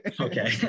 okay